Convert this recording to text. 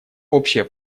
общее